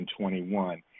2021